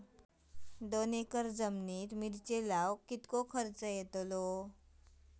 दोन एकर जमिनीत मिरचे लाऊक कितको खर्च यातलो?